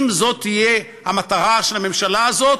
אם זאת תהיה המטרה של הממשלה הזאת,